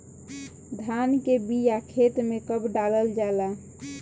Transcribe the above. धान के बिया खेत में कब डालल जाला?